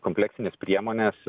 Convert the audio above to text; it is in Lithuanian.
kompleksinės priemonės